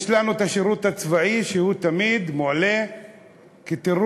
יש לנו השירות הצבאי שתמיד מועלה כתירוץ